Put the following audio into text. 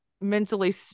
mentally